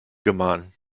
gemahlen